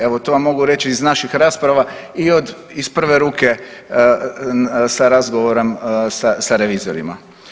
Evo to vam mogu reći iz naših rasprava i iz prve ruke sa razgovorom sa revizorima.